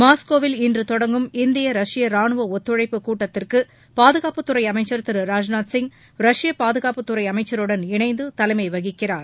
மாஸ்கோவில் இன்று தொடங்கும் இந்திய ராணுவ ஒத்துழைப்பு கூட்டத்திற்குபாதுகாப்புத்துறை அமைச்சர் திரு ராஜ்நாத் சிங் ரஷ்ய பாதுகாப்புத்துறை அமைச்சருடன் இணைந்து தலைமை வகிக்கிறார்